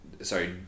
Sorry